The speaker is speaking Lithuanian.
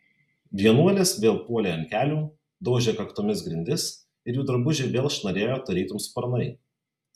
vienuolės vėl puolė ant kelių daužė kaktomis grindis ir jų drabužiai vėl šnarėjo tarytum sparnai